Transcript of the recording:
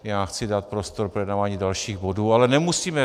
Já chci dát prostor k projednávání dalších bodů, ale nemusíme.